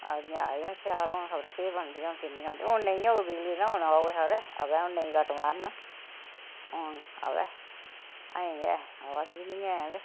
आगडियां आया स्याल हून खबरै केह् बनदियां हून किन्नियां हून नेईं होग बिजली हून आवै खरे हून नेईं कट मारन हून आवै अजें ते आवा दी नि हे ते